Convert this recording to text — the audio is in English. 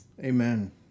Amen